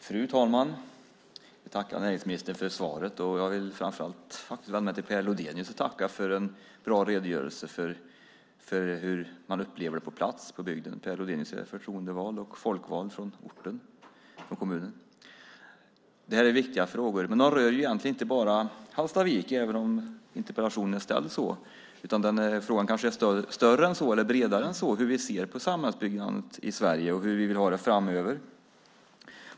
Fru talman! Tack, näringsministern, för svaret! Jag vill framför allt tacka Per Lodenius för en bra redogörelse för hur man upplever det på plats i bygden. Per Lodenius är förtroendevald och folkvald från kommunen. Det här är viktiga frågor, men de rör inte bara Hallstavik, även om interpellationen är ställd så. Frågan kanske är bredare än så och handlar om hur vi ser på samhällsbyggandet i Sverige och hur vi vill ha det framöver.